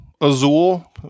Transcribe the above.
Azul